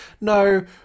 no